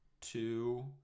two